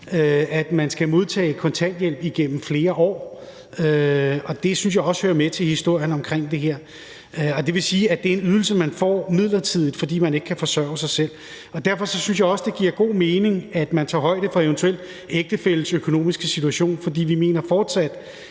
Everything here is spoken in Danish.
at man skal modtage kontanthjælp igennem flere år, og det synes jeg også hører med til historien omkring det her. Det vil sige, at det er en ydelse, man får midlertidigt, fordi man ikke kan forsørge sig selv. Og derfor synes jeg også, det giver god mening, at man tager højde for den eventuelle ægtefælles økonomiske situation, for vi mener fortsat,